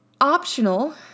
Optional